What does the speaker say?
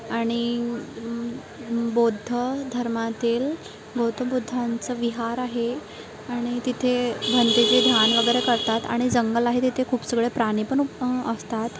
आणि बौद्ध धर्मातील गौतम बुद्धांचं विहार आहे आणि तिथे ध्यान वगैरे करतात आणि जंगल आहे तिथे खूप सगळे प्राणी पण असतात